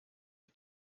die